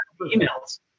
emails